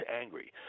angry